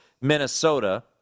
Minnesota